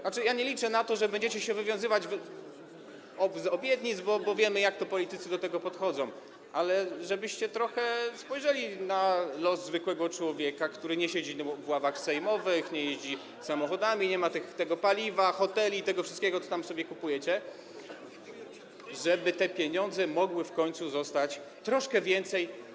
Znaczy, nie liczę na to, że będziecie się wywiązywać z obietnic, bo wiemy, jak politycy do tego podchodzą, ale chodzi o to, żebyście trochę spojrzeli na los zwykłego człowieka, który nie siedzi w ławach sejmowych, nie jeździ samochodami, nie ma tego paliwa, hoteli i tego wszystkiego, co tam sobie kupujecie, żeby tych pieniędzy mogło w końcu zostać troszkę więcej.